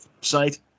site